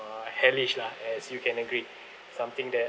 uh hellish lah as you can agree something that